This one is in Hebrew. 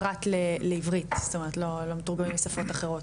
פרט לעברית, זאת אומרת, לא מתורגמים לשפות אחרות.